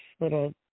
little